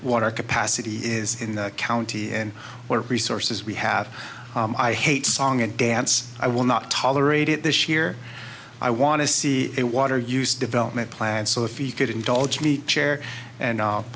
our capacity is in the county and what resources we have i hate song and dance i will not tolerate it this year i want to see a water use development plan so if you could indulge me chair and